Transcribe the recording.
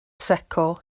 secco